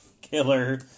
Killer